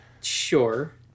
Sure